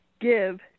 give